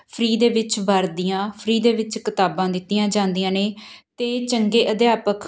free ਦੇ ਵਿੱਚ ਵਰਦੀਆਂ ਫਰੀ ਦੇ ਵਿੱਚ ਕਿਤਾਬਾਂ ਦਿੱਤੀਆਂ ਜਾਂਦੀਆਂ ਨੇ ਅਤੇ ਚੰਗੇ ਅਧਿਆਪਕ